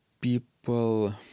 people